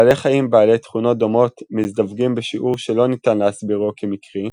בעלי חיים בעלי תכונות דומות מזדווגים בשיעור שלא ניתן להסבירו כמקרי,